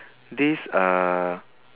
this uh